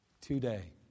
today